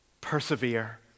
persevere